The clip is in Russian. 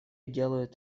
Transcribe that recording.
делают